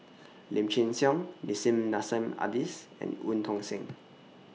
Lim Chin Siong Nissim Nassim Adis and EU Tong Sen